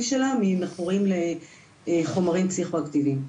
שלה ממכורים לחומרים פסיכו-אקטיביים.